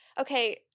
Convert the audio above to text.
okay